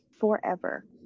forever